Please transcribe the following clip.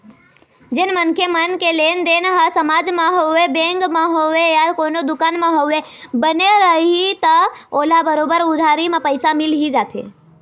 जेन मनखे मन के लेनदेन ह समाज म होवय, बेंक म होवय या कोनो दुकान म होवय, बने रइही त ओला बरोबर उधारी म पइसा मिल ही जाथे